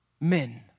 men